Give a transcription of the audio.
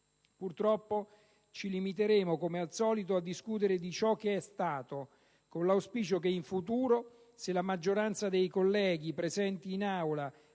Purtroppo ci limiteremo, come al solito, a discutere di ciò che è stato, con l'auspicio che in futuro, se la maggioranza dei colleghi presenti in Aula